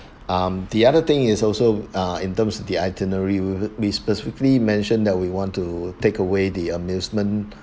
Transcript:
um the other thing is also uh in terms of the itinerary w~ we be specifically mentioned that we want to take away the amusement